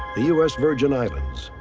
the us virgin islands.